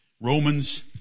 Romans